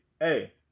hey